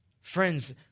Friends